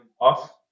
off